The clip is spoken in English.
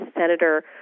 Senator